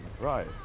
right